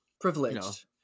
privileged